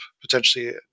potentially